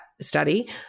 study